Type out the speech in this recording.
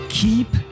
keep